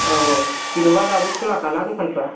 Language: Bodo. औ औ जेन'बा दाबो खुलाखाना दखानफ्रा